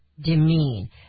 demean